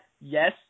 yes